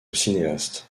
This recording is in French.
cinéaste